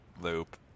Loop